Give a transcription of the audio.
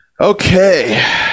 Okay